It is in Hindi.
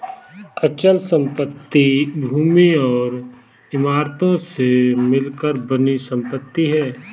अचल संपत्ति भूमि और इमारतों से मिलकर बनी संपत्ति है